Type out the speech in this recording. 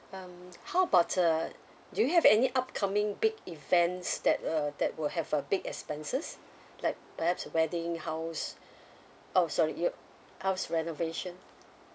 um how about uh do you have any upcoming big events that uh that will have a big expenses like perhaps a wedding house oh sorry you house renovation